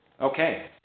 Okay